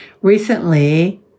Recently